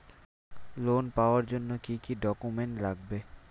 Loan পাওয়ার জন্যে কি কি ডকুমেন্ট লাগবে?